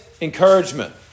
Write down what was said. encouragement